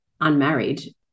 unmarried